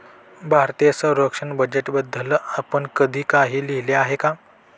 भारतीय संरक्षण बजेटबद्दल आपण कधी काही लिहिले आहे का?